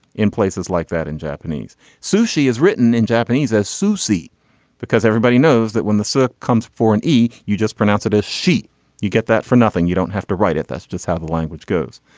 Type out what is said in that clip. in places like that in japanese sushi is written in japanese as sushi because everybody knows that when the surf comes for an ee you just pronounce it a sheet you get that for nothing you don't have to write it. that's just how the language goes.